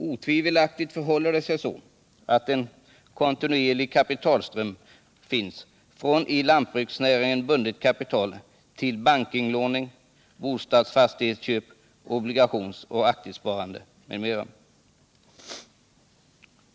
Otvivelaktigt förhåller det sig så, att en kontinuerlig kapitalström finns från i lantbruksnäringen bundet kapital till bankinlåning, bostadsfastighetsinköp, obligationsoch aktiesparande m.m.